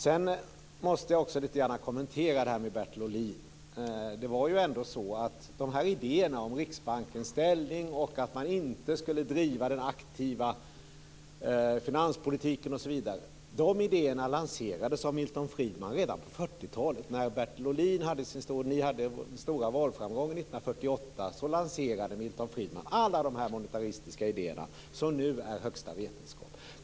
Jag måste också lite grann kommentera det som har sagts om Bertil Ohlin. Det var ju ändå så att dessa idéer om Riksbankens ställning och om att man inte skulle driva den aktiva finanspolitiken osv. lanserades av Milton Friedman redan på 40-talet. När Bertil Ohlin och Folkpartiet hade stora valframgångar 1948 så lanserade Milton Friedman alla dessa monetaristiska idéerna som nu är högsta vetenskap.